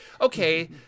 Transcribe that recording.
okay